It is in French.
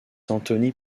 anthony